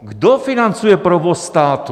Kdo financuje provoz státu?